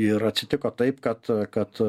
ir atsitiko taip kad kad